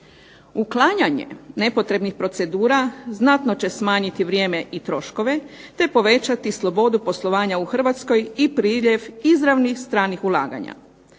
Uklanjanje nepotrebnih procedura znatno će smanjiti vrijeme i troškove te povećati slobodu poslovanja u Hrvatskoj i priljev izravnih stranih ulaganja.